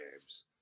games